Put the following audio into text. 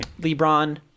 LeBron